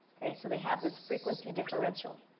so they have this frequency differential.